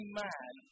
man